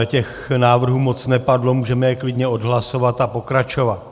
Těch návrhů moc nepadlo, můžeme je klidně odhlasovat a pokračovat.